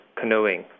canoeing